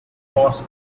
horse